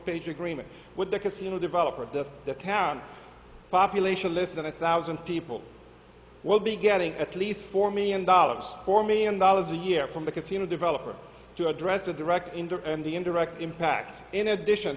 page agreement with the casino developer of the county population less than a thousand people will be getting at least for me and dollars four million dollars a year from the casino development to address the direct and the indirect impact in addition